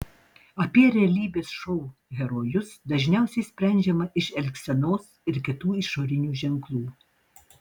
apie realybės šou herojus dažniausiai sprendžiama iš elgsenos ir kitų išorinių ženklų